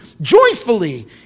joyfully